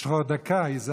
יש לך דקה, יזהר.